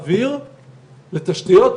בין כל מדינות ה-OECD.